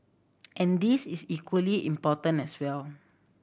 and this is equally important as well